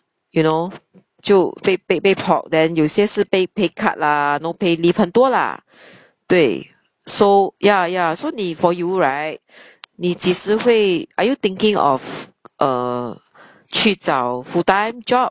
you know 就被被被 pok then 有些是 pay pay cut lah no pay leave 很多啦对 so ya ya so 你 for you right 你几时会 are you thinking of uh 去找 full time job